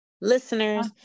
listeners